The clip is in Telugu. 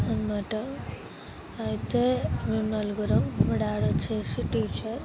అన్నమాట అయితే మేము నలుగురం మా డాడి వచ్చేసి టీచర్